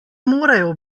morajo